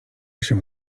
się